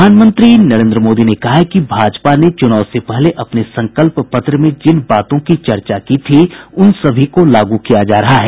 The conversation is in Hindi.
प्रधानमंत्री नरेन्द्र मोदी ने कहा है कि भाजपा ने चुनाव से पहले अपने संकल्प पत्र में जिन बातों की चर्चा की थी उन सभी को लागू किया जा रहा है